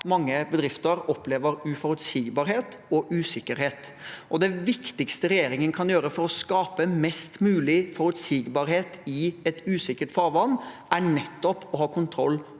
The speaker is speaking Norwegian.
mange bedrifter opplever uforutsigbarhet og usikkerhet. Det viktigste regjeringen kan gjøre for å skape mest mulig forutsigbarhet i et usikkert farvann, er nettopp å ha kontroll